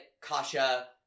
Kasha